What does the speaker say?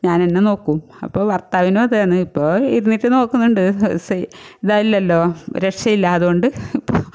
ഞാൻ തന്നെ നോക്കും അപ്പോൾ ഭർത്താവിനും അതേയെന്ന് ഇപ്പോൾ ഇരുന്നിട്ട് നോക്കുന്നുണ്ട് സെ ഇതായില്ലല്ലോ രക്ഷയില്ല അതുകൊണ്ട് ഇപ്പോൾ